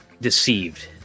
deceived